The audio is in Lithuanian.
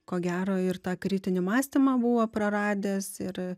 ko gero ir tą kritinį mąstymą buvo praradęs ir